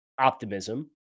optimism